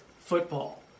football